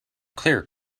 clear